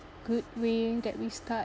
good way that we start